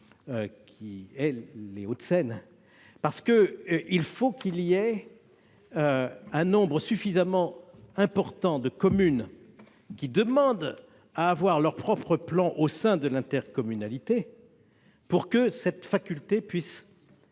les Hauts-de-Seine. En effet, il faut un nombre suffisamment important de communes qui demandent à avoir leur propre plan au sein de l'intercommunalité pour que cette faculté puisse